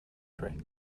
trick